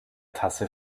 tasse